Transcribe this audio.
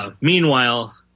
Meanwhile